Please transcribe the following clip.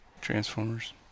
Transformers